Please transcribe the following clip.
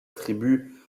tribu